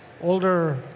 older